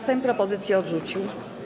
Sejm propozycję odrzucił.